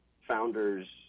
founders